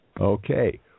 Okay